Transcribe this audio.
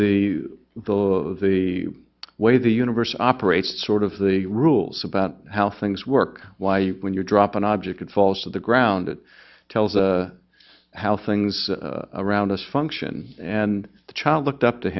the the the way the universe operates sort of the rules about how things work why when you drop an object it falls to the ground it tells us how things around us function and the child looked up to